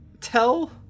tell